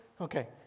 Okay